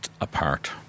apart